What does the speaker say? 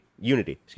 Unity